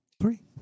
three